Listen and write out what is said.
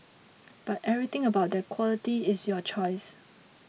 but everything about that quality is your choice